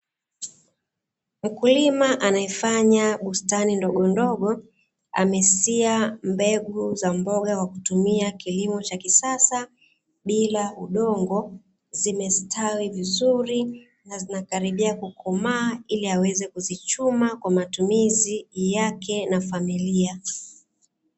Mkulima anayefanya bustani ndogondogo, amesia mbegu za mboga kwa kutumia kilimo cha kisasa bila udongo, zimestawi vizuri na zinakaribia kukomaa, ili aweze kuzichuma kwa matumizi yake na familia.